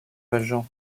valjean